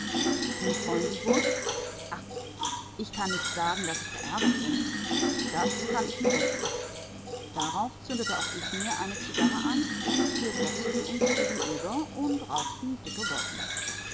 sie freuen sich wohl ach ich kann nicht sagen daß ich verärgert bin das kann ich mir denken darauf zündete auch ich mir eine zigarre an und wir setzten uns gegenüber und rauchten dicke wolken